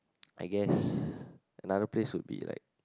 I guess another place would be like